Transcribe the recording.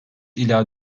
ila